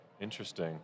Interesting